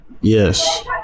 Yes